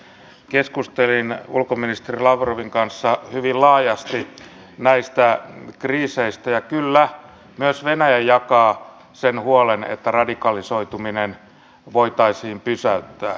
keskustelin ulkoministeri lavrovin kanssa hyvin laajasti näistä kriiseistä ja kyllä myös venäjä jakaa huolen siitä kuinka radikalisoituminen voitaisiin pysäyttää